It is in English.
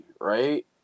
right